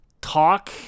talk